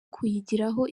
kuyigiraho